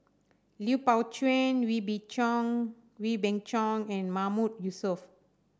Lui Pao Chuen Wee B Chong Wee Beng Chong and Mahmood Yusof